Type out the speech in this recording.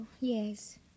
yes